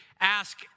ask